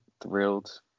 thrilled